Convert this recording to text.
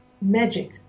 magic